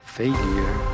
Failure